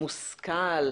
מושכל,